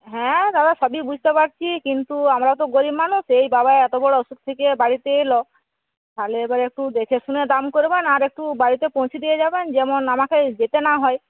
হ্যাঁ দাদা সবই বুঝতে পারছি কিন্তু আমরা তো গরিব মানুষ এই বাবা এত বড়ো অসুখ থেকে বাড়িতে এলো তাহলে এবার একটু দেখে শুনে দাম করবেন আর একটু বাড়িতে পৌঁছে দিয়ে যাবেন যেমন আমাকে যেতে না হয়